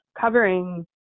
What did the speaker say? covering